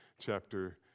chapter